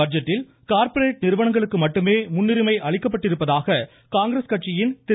பட்ஜெட்டில் கார்பரேட் நிறுவனங்களுக்கு மட்டும் முன்னுரிமை அளிக்கப்பட்டிருப்பதாக காங்கிரஸ் கட்சியின் திரு